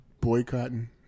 boycotting